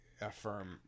affirm